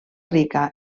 rica